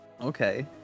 okay